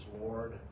Lord